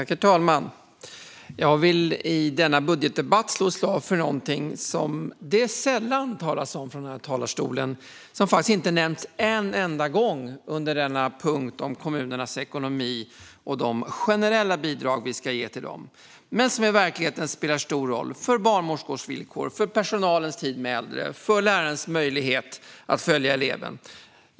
Herr talman! Jag vill i denna budgetdebatt slå ett slag för någonting som det sällan talas om från den här talarstolen. Det har faktiskt inte nämnts en enda gång under denna punkt om kommunernas ekonomi och de generella bidrag som vi ska ge till dem. Men det spelar i verkligheten stor roll för barnmorskors villkor, personalens tid med äldre och för lärarens möjlighet att följa eleven.